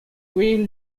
quail